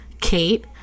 Kate